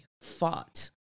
fought